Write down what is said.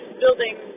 building